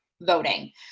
voting